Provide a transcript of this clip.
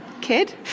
kid